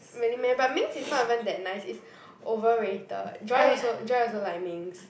really meh but Ming's is not even that nice it's overrated Joy also Joy also like Ming's